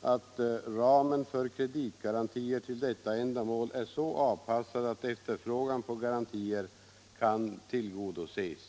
att ramen för kreditgarantier till detta ändamål är så avpassad att efterfrågan på garantier kan tillgodoses.